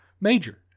Major